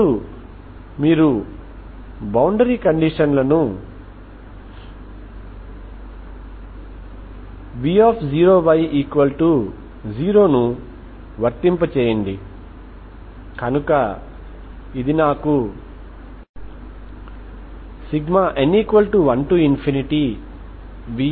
ఇప్పుడు మీరు boundary condition v0y0 ను వర్తింపజేయండి కనుక ఇది నాకు n1vn0yn1AnBn